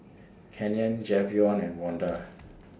Canyon Jayvon and Vonda